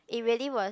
it really was